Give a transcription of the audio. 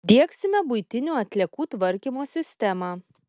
diegsime buitinių atliekų tvarkymo sistemą